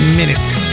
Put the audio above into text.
minutes